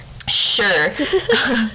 Sure